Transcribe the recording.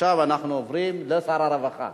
עכשיו אנחנו עוברים לשר הרווחה.